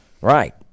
Right